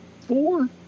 four